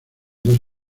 dos